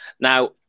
now